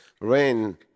rain